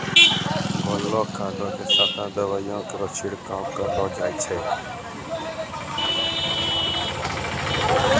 घोललो खाद क साथें दवाइयो केरो छिड़काव करलो जाय छै?